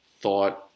thought